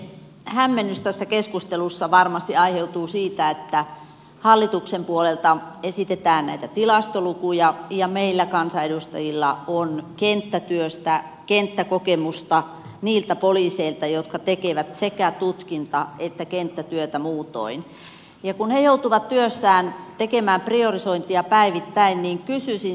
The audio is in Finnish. hämmennys tässä keskustelussa varmasti aiheutuu siitä että hallituksen puolelta esitetään näitä tilastolukuja ja meillä kansanedustajilla on kenttäkokemuksella niiltä poliiseilta saatua tietoa kenttätyöstä jotka tekevät sekä tutkinta että kenttätyötä muutoin ja kun he joutuvat työssään tekemään priorisointia päivittäin niin kysyisin